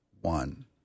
one